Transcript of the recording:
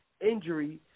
injury